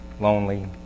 lonely